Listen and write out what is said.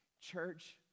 Church